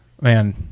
Man